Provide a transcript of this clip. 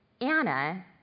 Anna